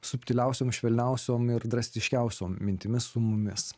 subtiliausiom švelniausiom ir drastiškiausiom mintimis su mumis